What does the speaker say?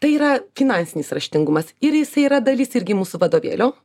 tai yra finansinis raštingumas ir jisai yra dalis irgi mūsų vadovėlio